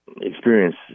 experience